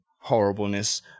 horribleness